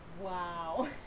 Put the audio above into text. Wow